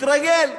התרגל.